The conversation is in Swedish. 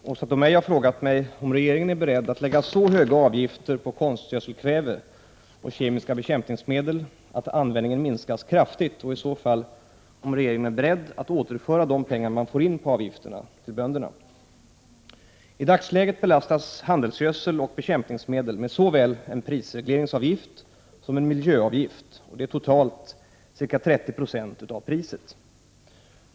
Herr talman! Åsa Domeij har frågat mig om regeringen är beredd att lägga så höga avgifter på konstgödselkväve och kemiska bekämpningsmedel att användningen minskas kraftigt — och i så fall om regeringen är beredd att återföra de pengar man får in på avgifterna till bönderna. I dagsläget belastas handelsgödsel och bekämpningsmedel med såväl en prisregleringsavgift som en miljöavgift, totalt ca 30 26 av priset.